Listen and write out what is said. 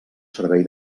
servei